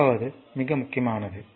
நான்காவது மிகவும் முக்கியமானது